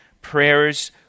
prayers